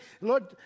Lord